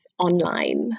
online